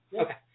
Okay